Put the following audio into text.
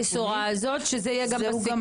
שמחה לשמוע את הבשורה, שזה יהיה גם בסיכום.